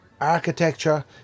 architecture